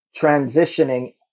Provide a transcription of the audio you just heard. transitioning